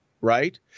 right